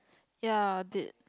ya did